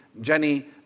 Jenny